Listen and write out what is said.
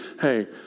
Hey